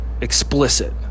Explicit